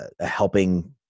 helping